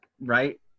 right